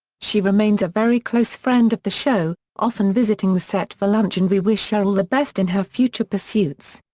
she remains a very close friend of the show, often visiting the set for lunch and we wish her all the best in her future pursuits.